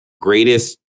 greatest